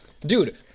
Dude